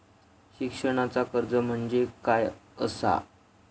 शिक्षणाचा कर्ज म्हणजे काय असा?